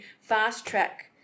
fast-track